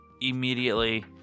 Immediately